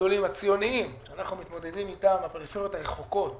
הציוניים שאנחנו מתמודדים אתם בפריפריות הרחוקות